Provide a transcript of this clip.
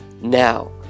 Now